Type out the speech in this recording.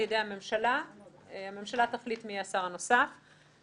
המימון שעוסק בכלל השנה אלא אנחנו תובעים שזה